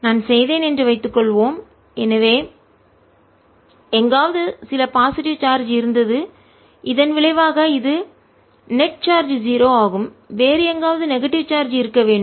நான் செய்தேன் என்று வைத்துக்கொள்வோம் எனவே எங்காவது சில பாசிட்டிவ் நேர்மறையான சார்ஜ் இருந்தது இதன் விளைவாக இது நெட்நிகர சார்ஜ் 0 ஆகும் வேறு எங்காவது நெகட்டிவ் எதிர்மறை சார்ஜ் இருக்க வேண்டும்